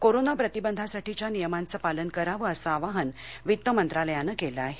corona प्रतिबंधासाठीच्या नियमांचं पालन करावं असं आवाहन वित्तमंत्रालयानं केलं आहे